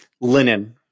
linen